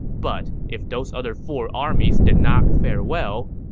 but if those other four armies did not fare well,